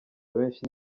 benshi